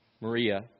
Maria